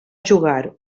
jugar